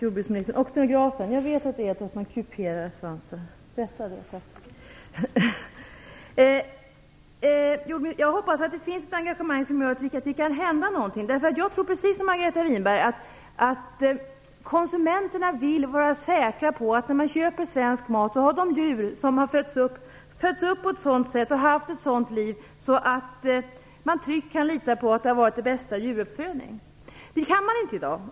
Fru talman! Jag hoppas att det finns ett engagemang som gör att det kan hända någonting. Jag tror nämligen precis som Margareta Winberg att konsumenterna, när de köper svensk mat, vill vara säkra på att djuren har fötts upp på ett bra sätt. Konsumenterna vill tryggt kunna lita på att det har varit den bästa djuruppfödningen. Det kan de inte i dag.